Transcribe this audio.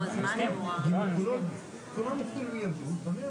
לכן אנחנו חושבים שנכון היה